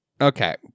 Okay